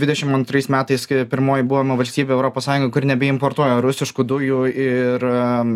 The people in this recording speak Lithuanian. dvidešim antrais metais kai pirmoji buvome valstybė europos sąjungoj kuri nebeimportuoja rusiškų dujų ir